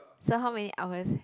so how many hours